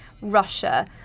Russia